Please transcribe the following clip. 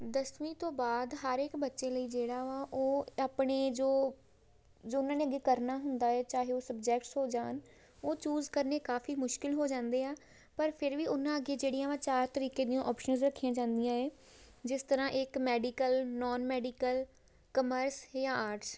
ਦਸਵੀਂ ਤੋਂ ਬਾਅਦ ਹਰ ਇੱਕ ਬੱਚੇ ਲਈ ਜਿਹੜਾ ਵਾ ਉਹ ਆਪਣੇ ਜੋ ਜੋ ਉਹਨਾਂ ਨੇ ਅੱਗੇ ਕਰਨਾ ਹੁੰਦਾ ਹੈ ਚਾਹੇ ਉਹ ਸਬਜੈਕਟਸ ਹੋ ਜਾਣ ਉਹ ਚੂਜ਼ ਕਰਨੇ ਕਾਫੀ ਮੁਸ਼ਕਲ ਹੋ ਜਾਂਦੇ ਆ ਪਰ ਫਿਰ ਵੀ ਉਹਨਾਂ ਅੱਗੇ ਜਿਹੜੀਆਂ ਵਾ ਚਾਰ ਤਰੀਕੇ ਦੀਆਂ ਅੋਪਸ਼ਨਸ ਰੱਖੀਆਂ ਜਾਂਦੀਆਂ ਹੈ ਜਿਸ ਤਰ੍ਹਾਂ ਇੱਕ ਮੈਡੀਕਲ ਨੋਨ ਮੈਡੀਕਲ ਕਮਰਸ ਜਾਂ ਆਰਟਸ